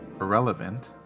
Irrelevant